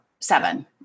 seven